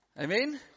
Amen